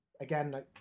again